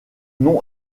nom